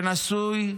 שנשוי לליאן,